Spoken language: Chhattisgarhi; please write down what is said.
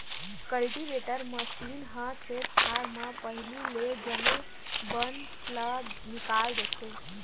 कल्टीवेटर मसीन ह खेत खार म पहिली ले जामे बन ल निकाल देथे